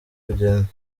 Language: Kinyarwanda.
kugenda